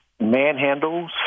manhandles